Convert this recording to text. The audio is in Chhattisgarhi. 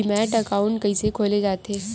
डीमैट अकाउंट कइसे खोले जाथे?